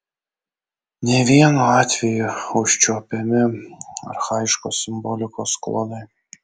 ne vienu atveju užčiuopiami archaiškos simbolikos klodai